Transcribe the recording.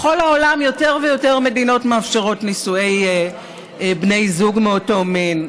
בכל העולם יותר ויותר מדינות מאפשרות נישואי בני זוג מאותו מין.